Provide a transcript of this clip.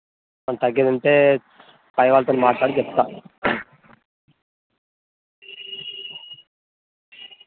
కాని తగ్గేది ఉంటే పై వాళ్ళతో మాట్లాడి చెప్తాను